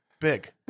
Big